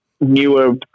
newer